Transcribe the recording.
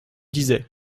disaient